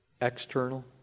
external